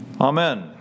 Amen